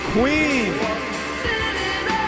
Queen